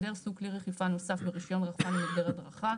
הגדר סוג כלי רחיפה נוסף ברישיון רחפן עם הגדר הדרכה,